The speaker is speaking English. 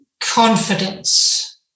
confidence